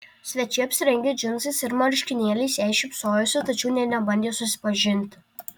svečiai apsirengę džinsais ir marškinėliais jai šypsojosi tačiau nė nebandė susipažinti